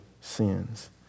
sins